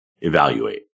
evaluate